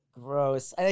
Gross